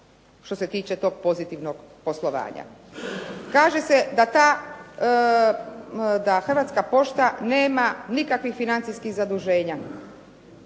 što se tiče tog pozitivnog poslovanja. Kaže se da ta, da "Hrvatska pošta" nema nikakvih financijskih zaduženja.